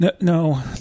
No